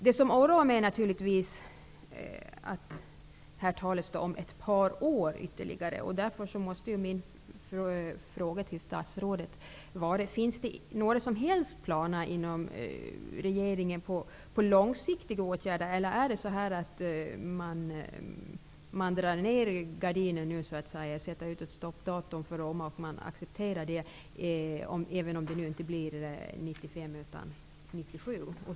Det som oroar mig är naturligtvis att det här talas om ytterligare ett par år. Därför måste min följdfråga till statsrådet bli: Finns det några som helst planer inom regeringen på långsiktiga åtgärder, eller är det så att man så att säga drar ner gardinen och sätter ut ett stoppdatum för Roma, även om det nu inte blir 1995 utan 1997?